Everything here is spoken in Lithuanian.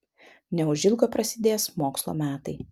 neužilgo prasidės mokslo metai